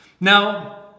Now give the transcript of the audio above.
Now